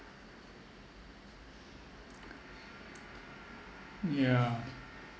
yeah